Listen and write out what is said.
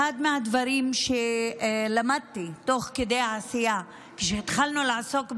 אחד מהדברים שלמדתי תוך כדי העשייה הוא שכשהתחלנו לעסוק בזה,